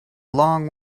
long